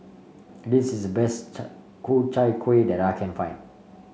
this is the best Ku Chai Kuih that I can find